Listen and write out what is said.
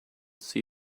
see